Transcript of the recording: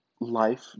life